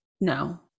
no